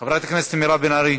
חברת הכנסת מירב בן ארי,